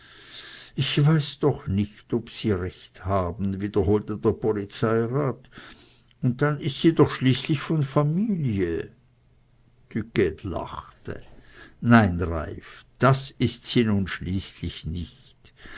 ich weiß doch nicht ob sie recht haben wiederholte der polizeirat und dann ist sie doch schließlich von familie duquede lachte nein reiff das ist sie nun schließlich nicht